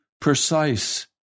precise